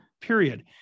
period